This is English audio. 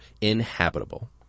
inhabitable